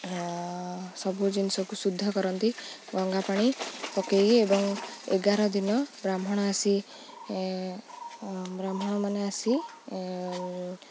ସବୁ ଜିନିଷକୁ ଶୁଦ୍ଧ କରନ୍ତି ଗଙ୍ଗାପାଣି ପକେଇ ଏବଂ ଏଗାର ଦିନ ବ୍ରାହ୍ମଣ ଆସି ବ୍ରାହ୍ମଣମାନେ ଆସି